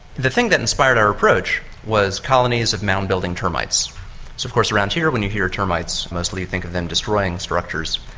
the thing that inspired our approach was colonies of mound building termites. so of course around here when you hear termites mostly you think of them destroying structures,